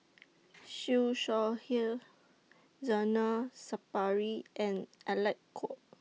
Siew Shaw Her Zainal Sapari and Alec Kuok